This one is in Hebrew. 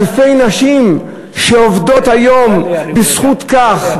אלפי נשים שעובדות היום בזכות כך,